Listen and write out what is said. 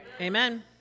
Amen